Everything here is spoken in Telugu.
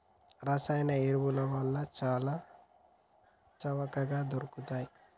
రసాయన ఎరువులు చాల చవకగ దొరుకుతయ్